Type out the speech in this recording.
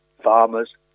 farmers